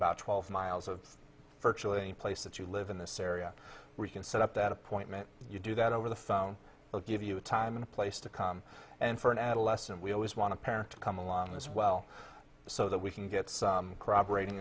about twelve miles of virtually any place that you live in this area we can set up that appointment you do that over the phone we'll give you a time and place to come and for an adolescent we always want to parent to come along as well so that we can get corroborating